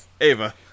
ava